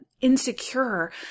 insecure